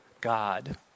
God